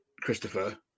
Christopher